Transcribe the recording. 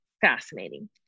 fascinating